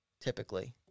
typically